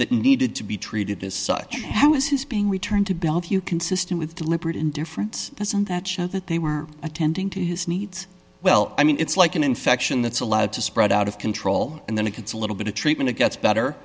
that needed to be treated as such how is his being returned to bellevue consistent with deliberate indifference doesn't that show that they were attending to his needs well i mean it's like an infection that's allowed to spread out of control and then it gets a little bit of treatment it gets better